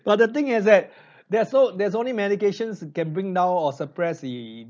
but the thing is that there's no there's only medications can bring down or suppress the